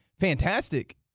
fantastic